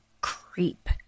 creep